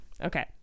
okay